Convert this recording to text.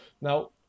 Now